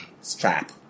strap